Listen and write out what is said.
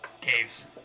caves